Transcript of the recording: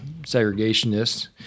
segregationists